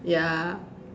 ya